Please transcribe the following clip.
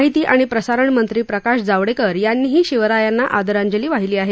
माहिती आणि प्रसारणमंत्री प्रकाश जावडेकर यांनीही शिवरायांना आ रांजली वाहिली आहे